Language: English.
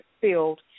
field